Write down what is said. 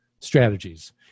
strategies